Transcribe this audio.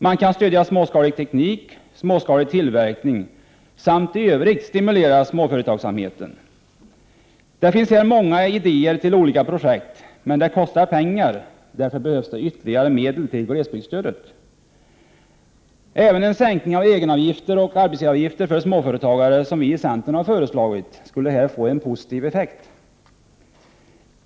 Man kan också stödja småskalig teknik och småskalig tillverkning samt i övrigt stimulera småföretagsamheten. Det finns många idéer till olika projekt, men det kostar också pengar. Därför behövs det ytterligare medel till glesbygdsstödet. Även en sänkning av egenoch arbetsgivaravgifter för småföretagare, som vi i centern har föreslagit, skulle här få en positiv effekt.